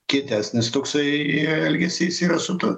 kietesnis toksai elgesys yra su ta